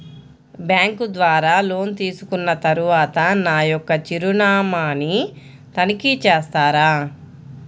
Bank ద్వారా loan తీసుకున్న తరువాత నా యొక్క చిరునామాని తనిఖీ చేస్తారా?